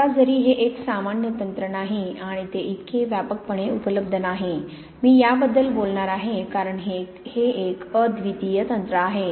आता जरी हे एक सामान्य तंत्र नाही आणि ते इतके व्यापकपणे उपलब्ध नाही मी याबद्दल बोलणार आहे कारण हे एक अद्वितीय तंत्र आहे